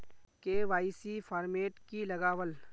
KYC format की लगावल?